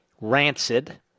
rancid